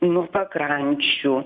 nuo pakrančių